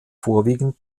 vorwiegend